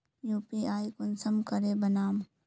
UPI कुंसम करे बनाम?